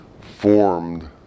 formed